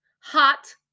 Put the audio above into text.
hot